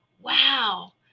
wow